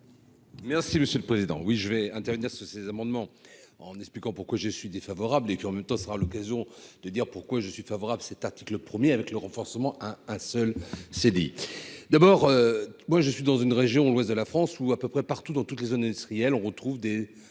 Merci monsieur le président, oui je vais intervenir sur ces amendements en expliquant pourquoi je suis défavorable et puis en même temps, sera le gazon de dire pourquoi je suis favorable cet article 1er avec le renforcement un, un seul s'est dit d'abord, moi je suis dans une région de l'ouest de la France, ou à peu près partout dans toutes les zones industrielles, on trouve des